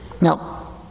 Now